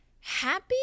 Happy